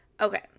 Okay